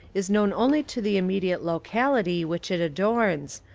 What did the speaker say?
is known only to the immediate locality which it adorns,